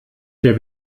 der